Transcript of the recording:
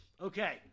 Okay